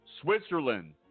Switzerland